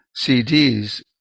CDs